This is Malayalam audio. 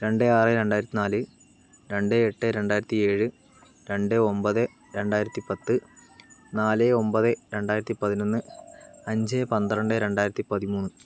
രണ്ട് ആറ് രണ്ടായിരത്തിനാല് രണ്ട് എട്ട് രണ്ടായിരത്തിയേഴ് രണ്ട് ഒമ്പത് രണ്ടായിരത്തിപ്പത്ത് നാല് ഒമ്പത് രണ്ടായിരത്തിപ്പതിനൊന്ന് അഞ്ച് പന്ത്രണ്ട് രണ്ടായിരത്തിപ്പതിമൂന്ന്